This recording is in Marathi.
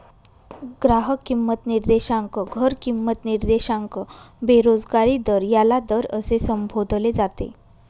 ग्राहक किंमत निर्देशांक, घर किंमत निर्देशांक, बेरोजगारी दर याला दर असे संबोधले जाते